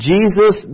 Jesus